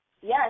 yes